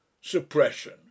suppression